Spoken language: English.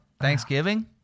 Thanksgiving